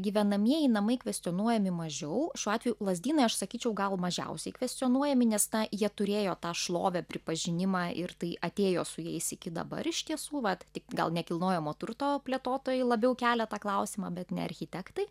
gyvenamieji namai kvestionuojami mažiau šiuo atveju lazdynai aš sakyčiau gal mažiausiai kvestionuojami nes tą jie turėjo tą šlovę pripažinimą ir tai atėjo su jais iki dabar iš tiesų vat tik gal nekilnojamo turto plėtotojai labiau kelia tą klausimą bet ne architektai